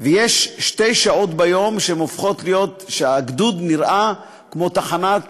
יש שתי שעות ביום שבהן הגדוד נראה כמו תחנת מוניות.